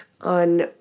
on